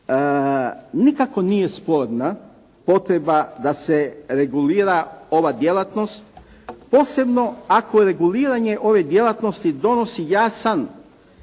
Nikako nije sporna potreba da se regulira ova djelatnost, posebno ako reguliranje ove djelatnosti donosi jasan